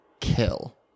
kill